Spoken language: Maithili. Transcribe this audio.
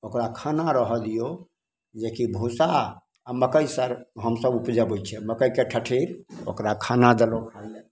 ओकरा खाना रहऽ दियौ जेकि भूसा आओर मकइ सर हमसब उपजबै छी मकइके ठठरी ओकरा खाना देलहुँ खाय लेल